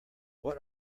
what